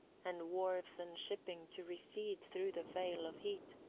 and wharves and shipping to recede through the veil of heat,